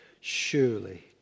Surely